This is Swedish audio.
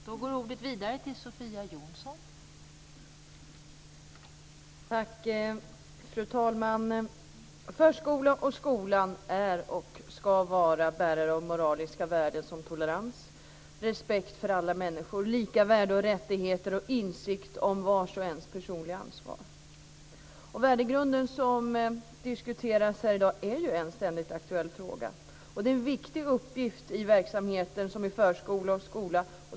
Fru talman! Förskolan och skolan är och ska vara bärare av moraliska värden såsom tolerans, respekt för alla människor, lika värde och rättigheter samt insikt om vars och ens personliga ansvar. Den värdegrund som diskuteras här i dag är ju en ständigt aktuell fråga. Värdegrunden är en viktig uppgift i verksamheten för förskola och skola.